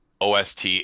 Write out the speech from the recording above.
ost